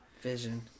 Vision